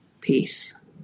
peace